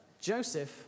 Joseph